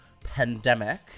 pandemic